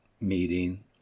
meeting